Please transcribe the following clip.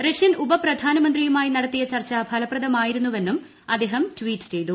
Russian ഉപപ്രധാനമന്ത്രിയുമായി നടത്തിയ ചർച്ച ഫലപ്രദമായിരുന്നുവെന്നും അദ്ദേഹം ട്വീറ്റ് ചെയ്തു